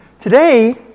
Today